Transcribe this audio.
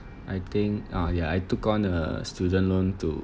I think ah ya I took on a student loan to